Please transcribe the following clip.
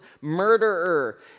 murderer